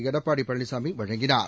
எடப்பாடி பழனிசாமி வழங்கினார்